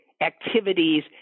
activities